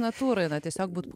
natūra yra tiesiog būti